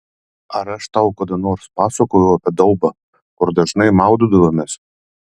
ar aš tau kada nors pasakojau apie daubą kur dažnai maudydavomės